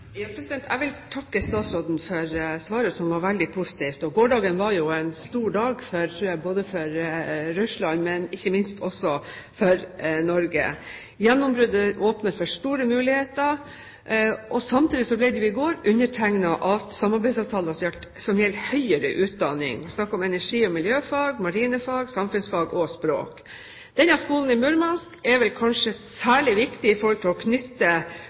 Jeg vil takke statsråden for svaret, som var veldig positivt. Gårsdagen var jo en stor dag for Russland og ikke minst også for Norge. Gjennombruddet åpner for store muligheter. Samtidig ble det i går undertegnet samarbeidsavtaler som gjelder høyere utdanning. Vi snakker om energi- og miljøfag, marine fag, samfunnsfag og språk. Denne skolen i Murmansk er kanskje særlig viktig for å knytte kontakter hos rekruttene, de som skal studere videre og nyte godt av samarbeidet innenfor høyere utdanning. Det jeg ønsker å